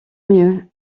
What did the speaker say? mieux